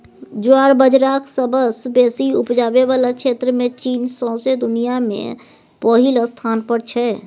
ज्वार बजराक सबसँ बेसी उपजाबै बला क्षेत्रमे चीन सौंसे दुनियाँ मे पहिल स्थान पर छै